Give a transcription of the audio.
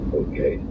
okay